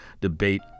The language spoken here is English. Debate